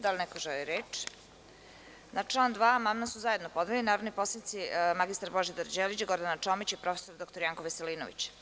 Da li neko želi reč? (Ne) Na član 2. amandman su zajedno podneli narodni poslanici mr Božidar Đelić, Gordana Čomić i prof. dr Janko Veselinović.